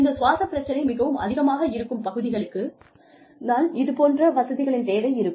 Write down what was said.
இந்த சுவாச பிரச்சனை மிகவும் அதிகமாக இருக்கும் பகுதிகளுக்குத் தான் இதுபோன்ற வசதிகளின் தேவை இருக்கும்